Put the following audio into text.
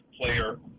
player